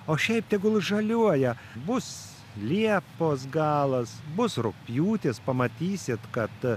o šiaip tegul žaliuoja bus liepos galas bus rugpjūtis pamatysit kad